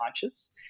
conscious